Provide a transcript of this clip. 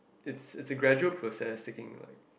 it's it's a gradual process taking like